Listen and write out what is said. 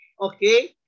okay